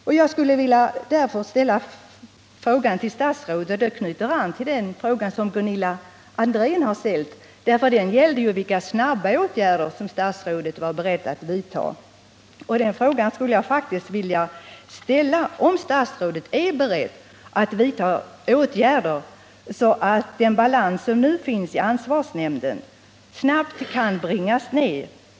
Därför skulle jag vilja ställa följande fråga, som anknyter till den fråga som Gunilla André ställde: Är statsrådet beredd att vidta åtgärder så att den balans som nu finns i ansvarsnämnden snabbt kan bringas ned?